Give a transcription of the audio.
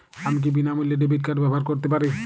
আমি কি বিনামূল্যে ডেবিট কার্ড ব্যাবহার করতে পারি?